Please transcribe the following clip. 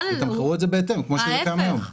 יתמחרו את זה בהתאם כמו שזה קיים היום.